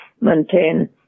maintain